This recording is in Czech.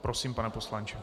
Prosím, pane poslanče.